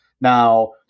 Now